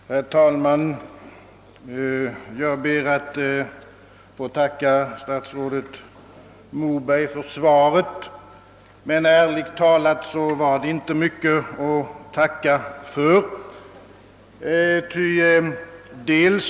Herr talman! Jag ber att få tacka statsrådet Moberg för svaret, även om det ärligt talat inte var mycket att tacka för.